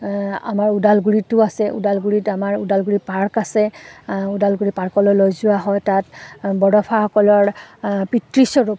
আমাৰ ওদালগুৰিতো আছে ওদালগুৰিত আমাৰ ওদালগুৰি পাৰ্ক আছে ওদালগুৰি পাৰ্কলৈ লৈ যোৱা হয় তাত বৰদফাসকলৰ পিতৃস্বৰূপ